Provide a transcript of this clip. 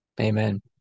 Amen